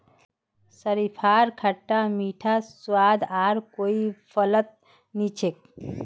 शरीफार खट्टा मीठा स्वाद आर कोई फलत नी छोक